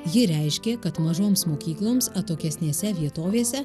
ji reiškė kad mažoms mokykloms atokesnėse vietovėse